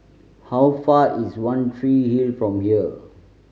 how far is One Tree Hill from here